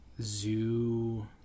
Zoo